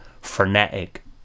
frenetic